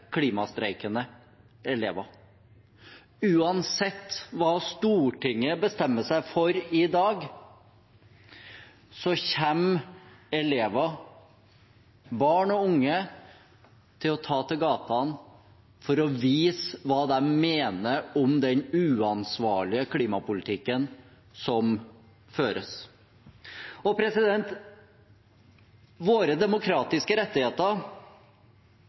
klimastreikende elever. Uansett hva Stortinget bestemmer seg for i dag, kommer elever – barn og unge – til å ta til gatene for å vise hva de mener om den uansvarlige klimapolitikken som føres. Våre demokratiske rettigheter